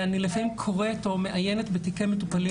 אני לפעמים קוראת או מעיינת בתיקי מטופלים